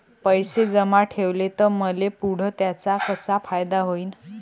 पैसे जमा ठेवले त मले पुढं त्याचा कसा फायदा होईन?